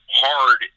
hard